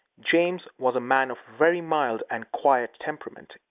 james was a man of very mild and quiet temperament,